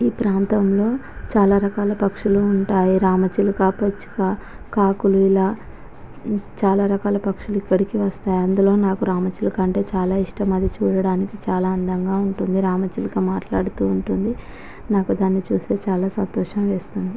ఈ ప్రాంతంలో చాలా రకాల పక్షులు ఉంటాయి రామ చిలుక పిచుక కాకులు ఇలా చాలా రకాల పక్షులు ఇక్కడికి వస్తాయి అందులో నాకు రామ చిలుక అంటే చాలా ఇష్టం అది చూడటానికి చాల అందముగా ఉంటుంది రామ చిలుక మాట్లాడుతూ ఉంటుంది నాకు దాన్ని చూస్తే చాలా సంతోషం వేస్తుంది